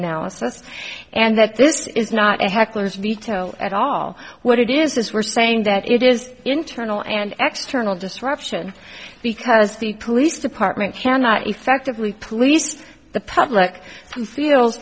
analysis and that this is not a heckler's veto at all what it is this we're saying that it is internal and external disruption because the police department cannot effectively police the public feel